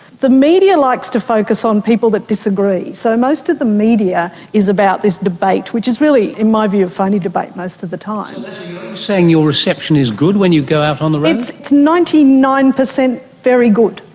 the media likes to focus on people that disagree, so most of the media is about this debate which is really, in my view, a phoney debate most of the saying your reception is good when you go out on the road? it's it's ninety nine percent very good.